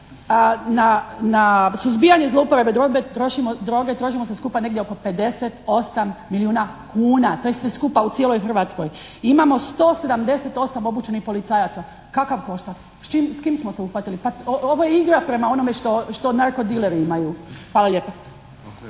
Na suzbijanje zlouporabe droge trošimo sve skupa negdje oko 58 milijuna kuna, to je sve skupa u cijelom Hrvatskoj. Imamo 177 obučenih policajaca. Kakav koštac? S čim, s kim smo se uhvatili? Pa ovo je igra prema onome što narkodileri imaju. Hvala lijepa.